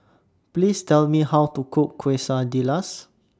Please Tell Me How to Cook Quesadillas